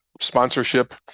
sponsorship